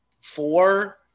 four